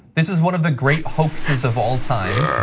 this is one of the great hoaxes of all time.